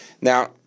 Now